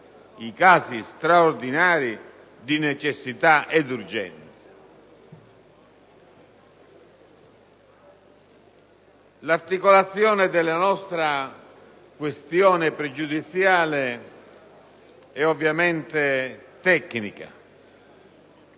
i casi straordinari di necessità ed urgenza. L'articolazione della nostra questione pregiudiziale è ovviamente tecnica.